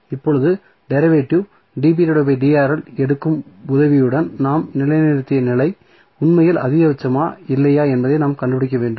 இப்போது டெரிவேட்டிவ் எடுக்கும் உதவியுடன் நாம் நிலைநிறுத்திய நிலை உண்மையில் அதிகபட்சமா இல்லையா என்பதை நாம் கண்டுபிடிக்க வேண்டும்